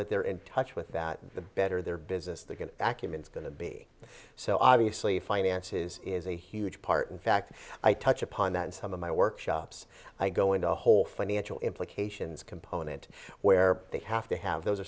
that they're in touch with that the better their business they can document is going to be so obviously finances is a huge part in fact i touch upon that in some of my workshops i go into a whole financial implications component where they have to have those are